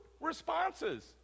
responses